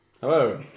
hello